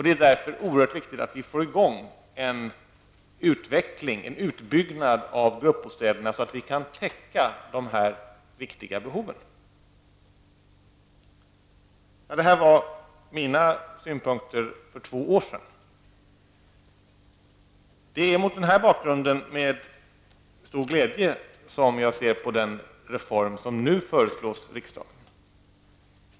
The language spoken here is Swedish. Det är därför oerhört viktigt att vi får i gång en utbyggnad av antalet gruppbostäder så att vi kan täcka dessa viktiga behov. Detta var mina synpunkter för två år sedan. Det är mot denna bakgrund som jag med stor glädje ser på den reform som nu föreslås riksdagen.